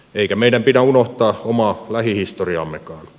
eikä meidän pidä unohtaa omaa lähihistoriaammekaan